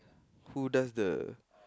who does the